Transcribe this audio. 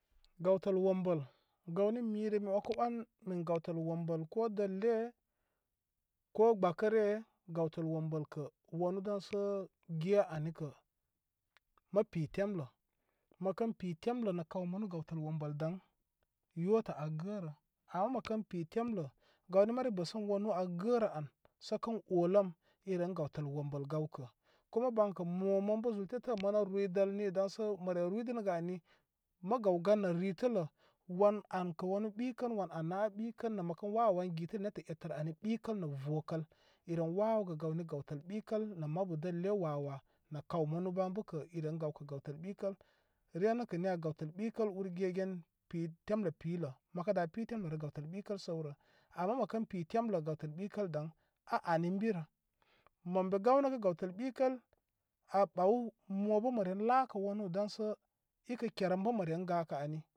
Gawtəl wombəl gawni mirə mi wəkə wən gawtəl wombəl ko dəlle ko gbəkəre gawtəl womble kə wanu daysə ge anikə mə pi temlə məkən pi temlə nə kaw manu gaw təl wombəl daŋ yota a gərə ama məkən pi temlə gawni mari bəsən wanu a gərə sə kən oləm iren gawtəl wombəl gawkə kuma bankə mo mon bə zul te te manə ruydəl ni daŋsə mare ruydəgə ani mə gawgan nə ritələ wan an wanə ɓikən wan an na ɓikəunə mə pə wawəwan gitəə nette ettən ari ɓikən nə vəkən iren wawəgə gawni gawtəl ɓikəl nə mabu dəlle wa wa na kaw mani ban bəka iren gawkə gawtəl ɓikəl re nəkə ni ya gawtəl ɓikəl ur gegen temlə pilu məkə da pi temlərə gawtəl ɓikəl səwrə ama makən pi temlə gawtəl ɓikəl daŋ a ani ən birə məm mi gawnə gə gawtəl ɓikəl a bəw mo ba mə re lakə wanu daŋsə kə kerembə ma ren gəkə ani.